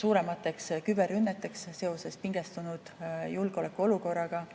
suuremateks küberrünneteks seoses pingestunud julgeolekuolukorraga.